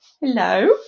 Hello